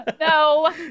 no